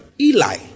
Eli